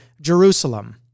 Jerusalem